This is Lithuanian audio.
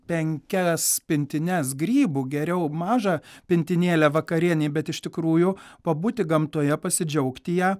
penkias pintines grybų geriau mažą pintinėlę vakarienei bet iš tikrųjų pabūti gamtoje pasidžiaugti ja